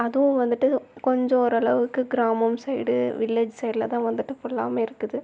அதுவும் வந்துட்டு கொஞ்சம் ஓரளவுக்கு கிராமம் சைடு வில்லேஜ் சைட்லதான் வந்துட்டு ஃபுல்லாவுமே இருக்குது